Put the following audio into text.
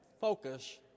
focus